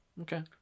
Okay